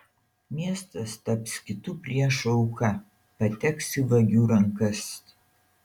miestas taps kitų priešų auka pateks į vagių rankas